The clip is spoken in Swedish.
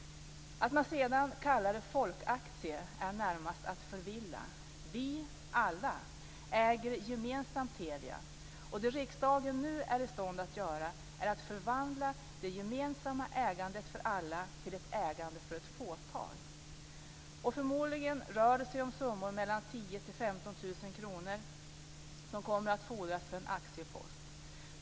Att man sedan kallar det folkaktie är närmast att förvilla. Vi alla äger gemensamt Telia. Vad riksdagen nu är i stånd att göra är att förvandla det gemensamma ägandet för alla till ett ägande för ett fåtal. Förmodligen rör det sig om summor mellan 10 000 och 15 000 kr som kommer att fordras för en aktiepost.